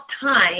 time